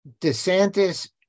DeSantis